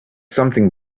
something